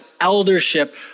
eldership